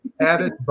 Added